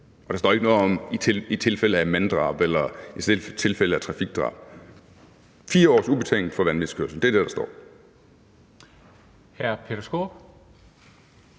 Der står ikke noget om, at det er i tilfælde af manddrab eller i tilfælde af trafikdrab. 4 års ubetinget fængsel for vanvidskørsel: Det er det, der står.